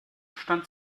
stand